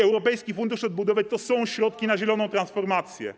Europejski Fundusz Odbudowy to są środki na zieloną transformację.